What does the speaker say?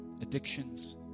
addictions